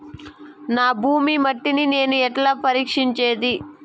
నా భూమి మట్టిని నేను ఎట్లా పరీక్షించేది?